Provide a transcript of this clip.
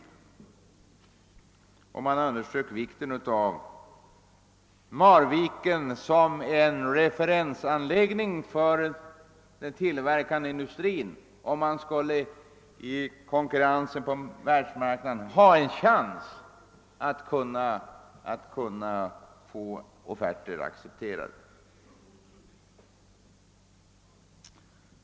Man betonade vikten av Marviken som en referensanläggning för den tillverkande industrin, om denna i konkurrensen på världsmarknaden skulle ha en chans att få offerter accepterade.